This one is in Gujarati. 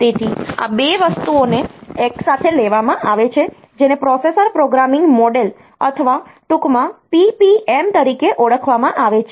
તેથી આ 2 વસ્તુઓને એકસાથે લેવામાં આવે છે જેને પ્રોસેસર પ્રોગ્રામિંગ મોડલ અથવા ટૂંકમાં PPM તરીકે ઓળખવામાં આવે છે